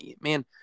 man